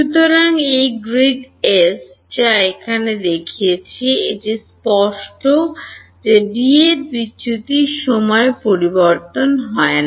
সুতরাং এই grids যা আমি এখানে দেখিয়েছি এটি স্পষ্ট যে D এর বিচ্যুতি সময় পরিবর্তন হয় না